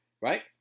right